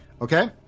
Okay